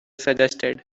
suggested